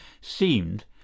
seemed